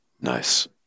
Nice